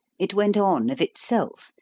it went on of itself,